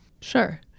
Sure